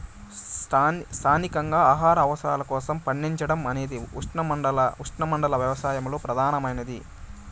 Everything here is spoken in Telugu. స్థానికంగా ఆహార అవసరాల కోసం పండించడం అన్నది ఉష్ణమండల వ్యవసాయంలో ప్రధానమైనది